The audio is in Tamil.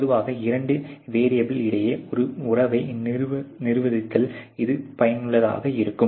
பொதுவாக இரண்டு வெரியபிள் இடையே ஒரு உறவை நிறுவுவதில் இது பயனுள்ளதாக இருக்கும்